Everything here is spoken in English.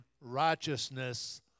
righteousness